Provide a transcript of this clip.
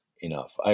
enough